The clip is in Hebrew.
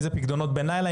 אם זה פיקדונות ללילה,